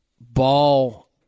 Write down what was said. ball